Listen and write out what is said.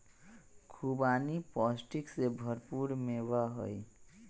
खुबानी पौष्टिक से भरपूर मेवा हई